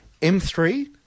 M3